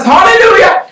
Hallelujah